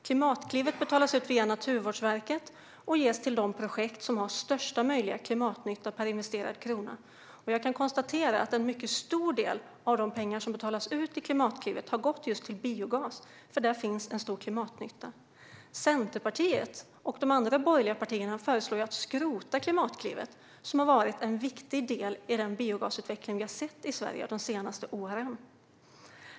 Klimatklivet betalas ut via Naturvårdsverket och ges till de projekt som har största möjliga klimatnytta per investerad krona. En mycket stor del av de pengar som betalas ut till Klimatklivet har gått just till biogas, för där finns en stor klimatnytta. Centerpartiet och de andra borgerliga partierna föreslår att skrota Klimatklivet, som har varit en viktig del i den biogasutveckling vi har sett i Sverige de senaste åren.